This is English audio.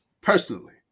Personally